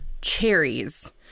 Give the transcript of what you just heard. cherries